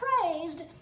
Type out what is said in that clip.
praised